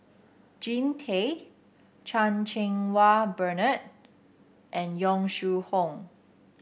Jean Tay Chan Cheng Wah Bernard and Yong Shu Hoong